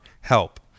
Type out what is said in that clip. help